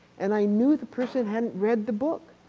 and i knew the person hadn't read the book.